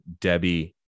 Debbie